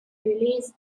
released